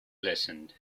listened